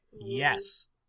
Yes